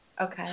Okay